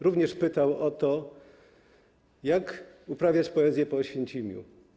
Również pytał o to, jak uprawiać poezję po Oświęcimiu.